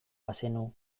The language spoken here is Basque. bazenu